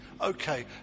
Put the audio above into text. Okay